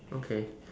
okay